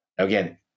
Again